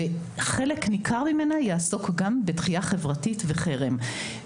חלק ניכר ממנה יעסוק גם בדחייה חברתית וחרם.